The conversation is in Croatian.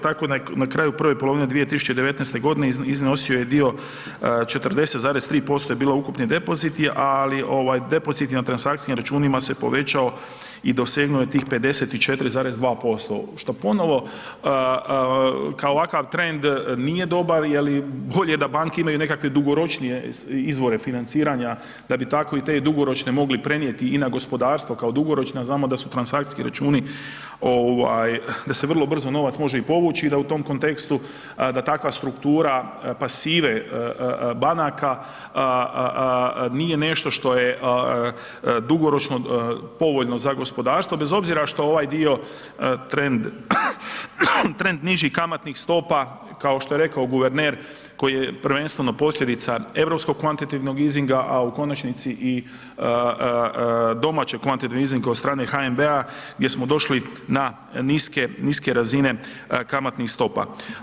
Tako je na kraju prve polovine 2019. godine iznosio je dio 40,3% je bilo ukupni depoziti, ali depoziti na transakcijskim računima se povećao i dosegnuo je tih 54,2% što ponovo kao ovakav trend nije dobar jer bolje da banke imaju nekakve dugoročnije izvore financiranja da bi tako te dugoročne mogli prenijeti i na gospodarstvo kao dugoročno, a znamo da su transakcijski računi da se vrlo brzo novac može i povući i da u tom kontekstu, da takva struktura pasive banaka nije nešto što je dugoročno povoljno za gospodarstvo bez obzira što ovaj dio trend nižih kamatnih stopa kao što je rekao guverner koji je prvenstveno posljedica europskog kvantitativnog …, a u konačnici domaćeg kvantitativnog … od HNB-a gdje smo došli na niske razine kamatnih stopa.